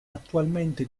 attualmente